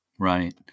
Right